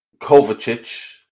Kovacic